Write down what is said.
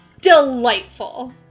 Delightful